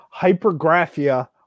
Hypergraphia